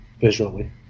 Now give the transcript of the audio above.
visually